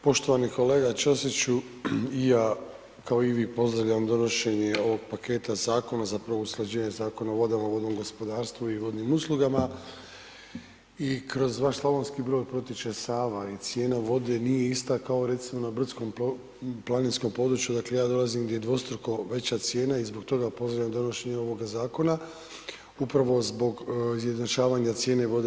Poštovani kolega Ćosiću, i ja, kao i vi, pozdravljam donošenje ovog paketa zakona, zapravo usklađenje Zakona o vodama, vodnom gospodarstvu i vodnim uslugama i kroz vaš Slavonski Brod protječe Sava i cijena vode nije ista kao recimo na brdskom planinskom područje, dakle, ja dolazim gdje je dvostruko veća cijena i zbog toga pozdravljam donošenje ovoga zakona upravo zbog izjednačavanja cijene vode.